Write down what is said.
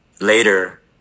later